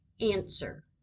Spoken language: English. Answer